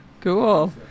cool